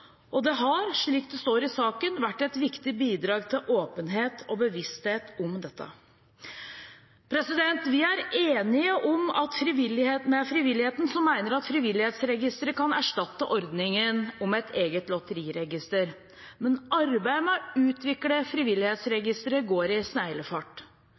det har – slik det står i saken – vært et viktig bidrag til åpenhet og bevissthet om dette. Vi er enige med frivilligheten, som mener at Frivillighetsregisteret kan erstatte ordningen med et eget lotteriregister. Men arbeidet med å utvikle Frivillighetsregisteret går i